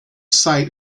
site